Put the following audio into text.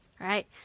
right